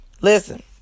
Listen